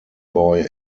boy